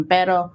Pero